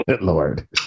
lord